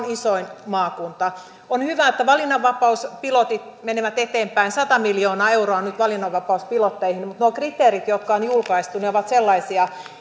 isoin maakunta on hyvä että valinnanvapauspilotit menevät eteenpäin sata miljoonaa euroa on nyt valinnanvapauspilotteihin mutta nuo kriteerit jotka on julkaistu ovat sellaisia